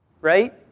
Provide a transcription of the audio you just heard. right